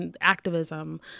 activism